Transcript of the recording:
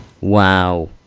Wow